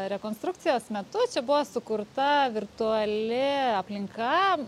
rekonstrukcijos metu čia buvo sukurta virtuali aplinka